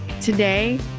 Today